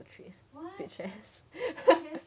she never treat bitch ass